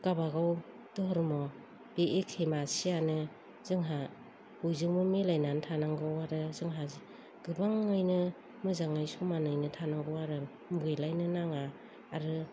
गावबागाव धोरोमाव बे एखे मासेयानो जोंहा बयजोंबो मिलायनानै थानांगौ आरो जोंहा गोबाङैनो मोजाङै समानैनो थानांगौ आरो मुगैलायनो नाङा आरो